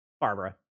Barbara